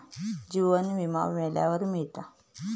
जीवन विमा मेल्यावर मिळता